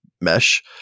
mesh